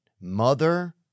Mother